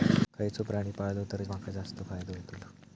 खयचो प्राणी पाळलो तर माका जास्त फायदो होतोलो?